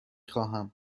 خواهم